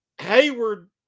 Hayward